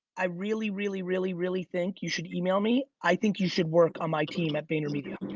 i really, really, really, really think you should email me. i think you should work on my team at vaynermedia.